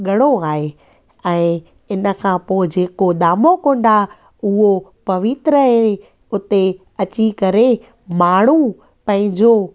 घणो आए ऐं इन खां पो जेको दामोकुंड आहे उहो पवित्र ऐं उते अची करे माण्हू पंहिंजो